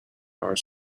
are